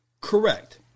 Correct